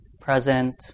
present